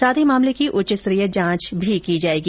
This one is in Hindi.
साथ ही मामले की उच्चस्तरीय जांच भी की जायेगी